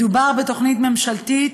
מדובר בתוכנית ממשלתית